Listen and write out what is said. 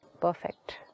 Perfect